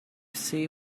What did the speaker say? see